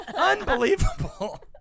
Unbelievable